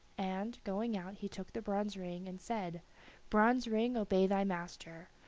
and, going out, he took the bronze ring and said bronze ring, obey thy master.